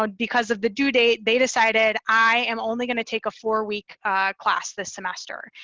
but because of the due date they decided, i am only going to take a four week class this semester.